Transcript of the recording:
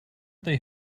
they